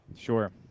Sure